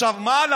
לך תעשה סדר.